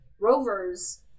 Rovers